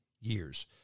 years